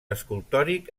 escultòric